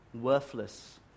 worthless